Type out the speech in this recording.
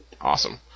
awesome